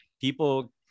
People